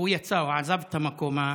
השגריר יצא, הוא עזב את המקום.